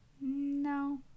No